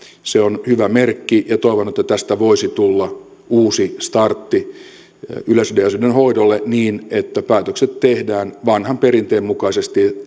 se on hyvä merkki ja toivon että tästä voisi tulla uusi startti yleisradion asioiden hoidolle niin että päätökset tehdään vanhan perinteen mukaisesti